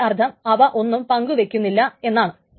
അതിൻറെ അർത്ഥം അവ ഒന്നും പങ്കുവയ്ക്കുന്നില്ല എന്നാണ്